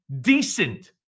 decent